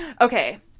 Okay